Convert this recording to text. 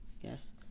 yes